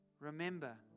Remember